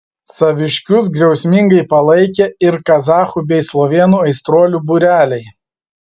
saviškius griausmingai palaikė ir kazachų bei slovėnų aistruolių būreliai